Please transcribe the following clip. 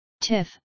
Tiff